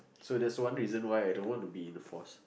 so that's one reason why I don't want to be in the force